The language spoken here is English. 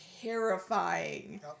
terrifying